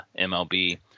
mlb